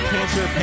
Cancer